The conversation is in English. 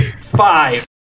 Five